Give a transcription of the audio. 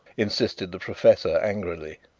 insisted the professor angrily.